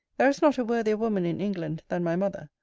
there is not a worthier woman in england than my mother.